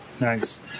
Nice